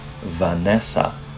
Vanessa